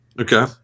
Okay